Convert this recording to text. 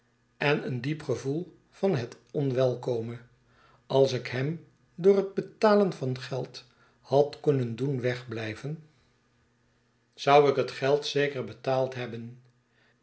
en een diep gevoel van het onwelkome als ik hem door het betalen van geld had kunnen doen wegblijven zou ik het geld zeker betaald hebben